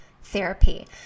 Therapy